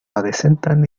adecentan